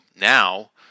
now